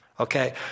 Okay